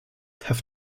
have